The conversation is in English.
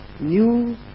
new